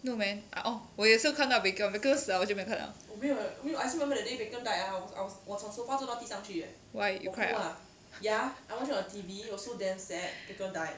no man orh 我也是有看到 baek hyun baek hyun 死了我就没有看了 why you cried ah